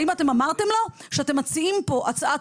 האם אתם אמרתם לו שאתם מציעים פה הצעת